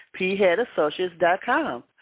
pheadassociates.com